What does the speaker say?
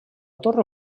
torre